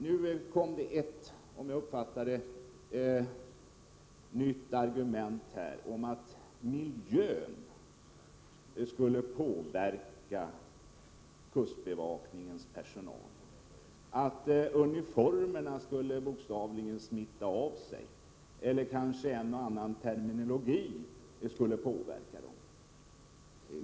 Nu kom ett, som jag uppfattade det, nytt argument: att miljön skulle påverka kustbevakningens personal, att uniformerna skulle bokstavligen smitta av sig eller kanske att en och annan term skulle påverka den.